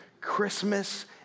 Christmas